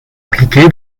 appliqué